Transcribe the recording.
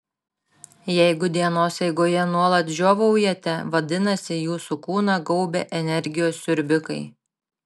jeigu dienos eigoje nuolat žiovaujate vadinasi jūsų kūną gaubia energijos siurbikai